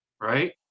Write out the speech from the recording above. Right